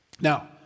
Now